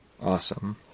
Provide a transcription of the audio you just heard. Awesome